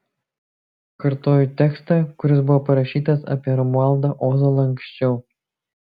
kartoju tekstą kuris buvo parašytas apie romualdą ozolą anksčiau